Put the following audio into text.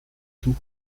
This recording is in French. tout